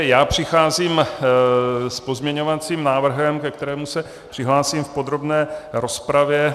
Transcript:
Já přicházím s pozměňovacím návrhem, ke kterému se přihlásím v podrobné rozpravě.